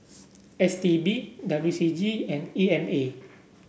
S T B W C G and E M A